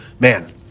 Man